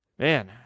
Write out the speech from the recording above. Man